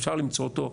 אפשר למצוא אותו,